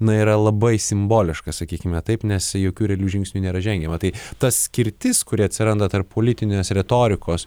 na yra labai simboliška sakykime taip nes jokių realių žingsnių nėra žengiama tai ta skirtis kuri atsiranda tarp politinės retorikos